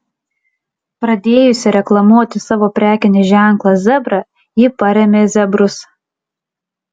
pradėjusi reklamuoti savo prekinį ženklą zebra ji parėmė zebrus